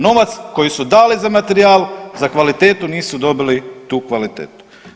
Novac koji su dali za materijal, za kvalitetu nisu dobili tu kvalitetu.